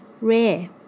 rare